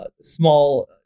small